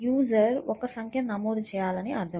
user ఒక సంఖ్యను నమోదు చేయాలని అర్థం